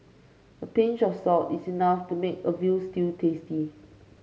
a pinch of salt is enough to make a veal stew tasty